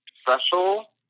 special